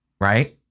right